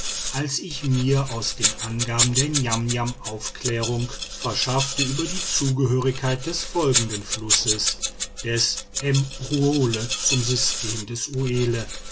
als ich mir aus den angaben der niamniam aufklärung verschaffte über die zugehörigkeit des folgenden flusses des mbruole zum system des uelle